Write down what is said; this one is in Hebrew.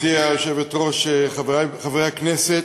גברתי היושבת-ראש, חברי חברי הכנסת,